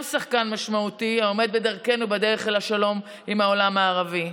שחקן משמעותי העומד בדרכנו בדרך אל השלום עם העולם הערבי.